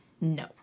No